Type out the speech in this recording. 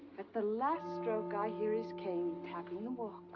at the last stroke, i hear his cane tapping the walk.